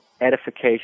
edification